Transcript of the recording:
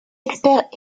experts